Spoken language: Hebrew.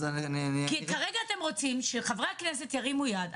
כי כרגע אתם רוצים שחברי הכנסת ירימו יד.